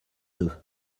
deux